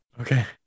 Okay